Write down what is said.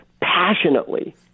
passionately